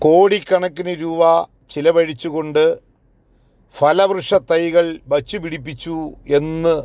കോടിക്കണക്കിന് രൂപ ചിലവഴിച്ച് കൊണ്ട് ഫലവൃക്ഷ തൈകൾ വെച്ച് പിടിപ്പിച്ചു എന്ന്